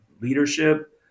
leadership